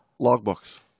logbooks